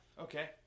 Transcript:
Okay